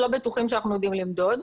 לא בטוחים שאנחנו יודעים למדוד.